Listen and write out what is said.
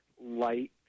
light